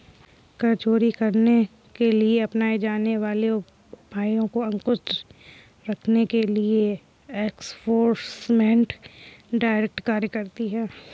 कर चोरी करने के लिए अपनाए जाने वाले उपायों पर अंकुश रखने के लिए एनफोर्समेंट डायरेक्टरेट कार्य करती है